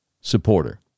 supporter